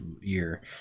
year